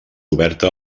oberta